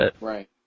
Right